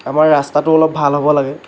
আমাৰ ৰাস্তাটো অলপ ভাল হ'ব লাগে